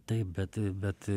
taip bet bet